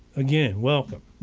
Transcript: again, welcome!